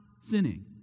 sinning